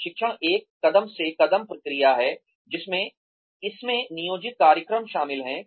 प्रशिक्षण एक कदम से कदम प्रक्रिया है जिसमें इसमें नियोजित कार्यक्रम शामिल हैं